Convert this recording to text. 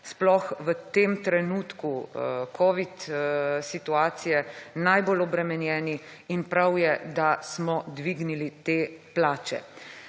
sploh v tem trenutku covid situacije najbolj obremenjeni in prav je, da smo dvignili te plače.